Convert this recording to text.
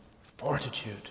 fortitude